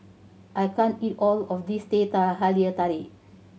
I can't eat all of this teh halia tarik